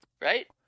Right